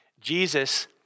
Jesus